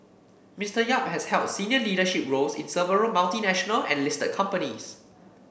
Mister Yap has held senior leadership roles in several multinational and listed companies